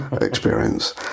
experience